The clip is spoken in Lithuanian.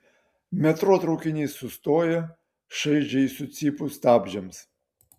metro traukinys sustoja šaižiai sucypus stabdžiams